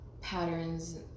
patterns